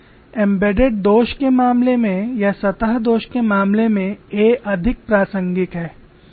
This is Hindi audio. एम्बेडेड दोष के मामले में या सतह दोष के मामले में a अधिक प्रासंगिक है